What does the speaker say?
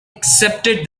accepted